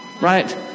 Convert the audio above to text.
Right